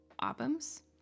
albums